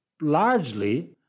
largely